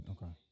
Okay